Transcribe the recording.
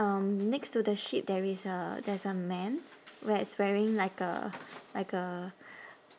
um next to the sheep there is a there's a man where it's wearing like a like a